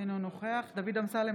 אינו נוכח דוד אמסלם,